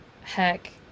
heck